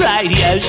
Radio